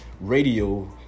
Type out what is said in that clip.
radio